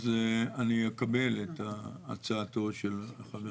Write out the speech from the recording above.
אז אני אקבל את הצעתו של חבר